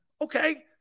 okay